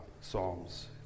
Psalms